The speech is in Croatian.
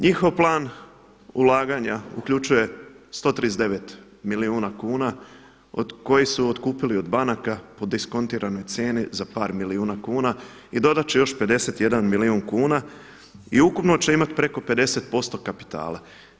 Njihov plan ulaganja uključuje 139 milijuna kuna koji su otkupili od banaka po diskontiranoj cijeni za par milijuna kuna i dodat će još 51 milijun kuna i ukupno će imati preko 50% kapitala.